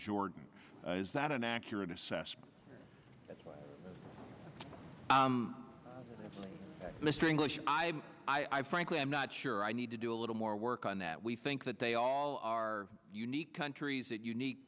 jordan is that an accurate assessment of mr english i frankly i'm not sure i need to do a little more work on that we think that they all are unique countries that unique